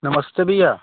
नमस्ते भैया